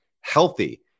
healthy